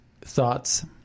thoughts